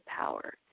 power